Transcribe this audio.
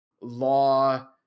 law